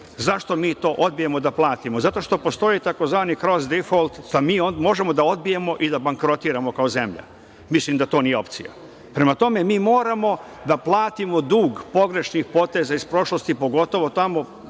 zašto mi to odbijamo da platimo? Zato što postoje tzv. cross default, da mi možemo da odbijemo i da bankrotiramo kao zemlja. Mislim da to nije opcija. Prema tome, mi moramo da platimo dug pogrešnih poteza iz prošlosti, pogotovo tamo…